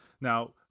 Now